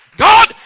God